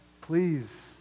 please